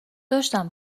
داشتم